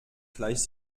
fleisch